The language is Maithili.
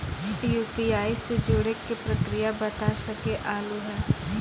यु.पी.आई से जुड़े के प्रक्रिया बता सके आलू है?